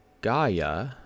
Gaia